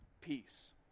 peace